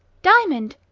diamond!